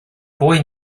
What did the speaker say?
boy